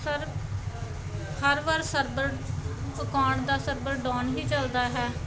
sir ਹਰ ਵਾਰ server account ਦਾ ਸਰਵਰ ਡੋਨ ਹੀ ਚੱਲਦਾ ਹੈ